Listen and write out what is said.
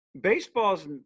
baseball's